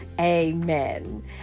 Amen